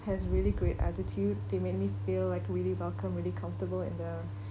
has really great attitude they made me feel like really welcome really comfortable and they are